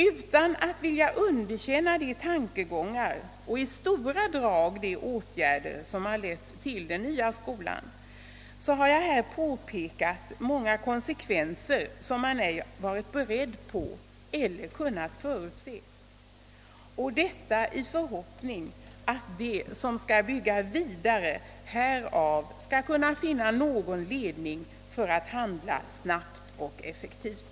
Utan att vilja underkänna de tankegångar och i stora drag de åtgärder som lett till den nya skolan har jag fäst uppmärksamheten vid många konsekvenser som man ej varit beredd på eller kunnat förutse, och detta i förhoppning att de som skall bygga vidare härav kan finna någon ledning för att handla snabbt och effektivt.